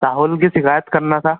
राहुल की शिकायत करना था